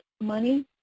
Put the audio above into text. money